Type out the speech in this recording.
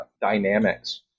dynamics